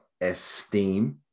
esteem